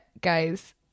guys